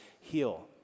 heal